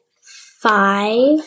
five